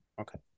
Okay